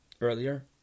earlier